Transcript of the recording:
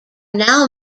now